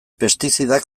pestizidak